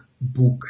book